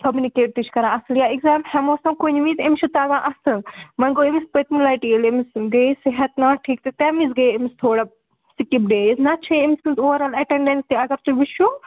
communicate تہِ چھِ کران اَصٕل یا اِکزام ہٮ۪موس نَہ کُنہِ وِزِ أمِس چھُ تَگان اَصٕل وۄنۍ گوٚو أمِس پٔتۍمہِ لَٹہِ ییٚلہِ أمِس گٔیے صحت ناٹھیٖک تہِ تَمۍ وِز گٔے أمِس تھوڑا سِکِپ ڈیز نتہٕ چھےٚ أمۍ سٕنٛز اوٚوَرآل اٮ۪ٹٮ۪نٛڈٮ۪نٕس تہِ اَگر تُہی وٕچھُو